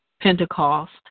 Pentecost